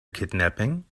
kidnapping